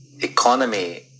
Economy